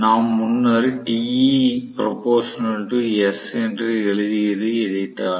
நாம் முன்னர் என்று எழுதியது இதைத்தான்